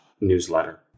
newsletter